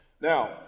Now